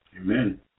Amen